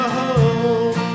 home